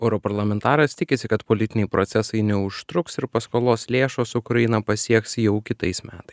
europarlamentaras tikisi kad politiniai procesai neužtruks ir paskolos lėšos ukrainą pasieks jau kitais metai